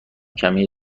کمی